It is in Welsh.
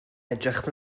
edrych